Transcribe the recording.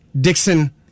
Dixon